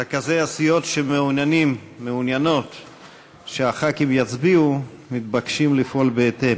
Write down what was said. רכזי הסיעות שמעוניינים שחברי הכנסת יצביעו מתבקשים לפעול בהתאם.